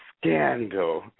Scandal